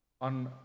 on